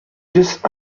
just